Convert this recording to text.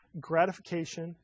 gratification